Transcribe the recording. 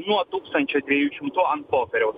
nuo tūkstančio dviejų šimtų ant popieriaus